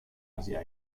asia